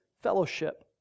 fellowship